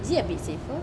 is it a bit safer